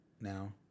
Now